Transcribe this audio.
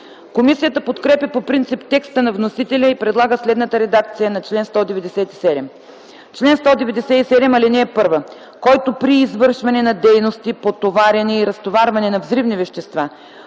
Комисията подкрепя по принцип текста на вносителя и предлага следната редакция на чл. 197: „Чл. 197. (1) Който при извършване на дейности по товарене и разтоварване на взривни вещества,